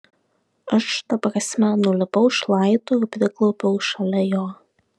aš ta prasme nulipau šlaitu ir priklaupiau šalia jo